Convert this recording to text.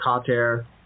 Kater